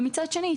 ומצד שני,